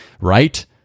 right